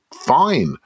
fine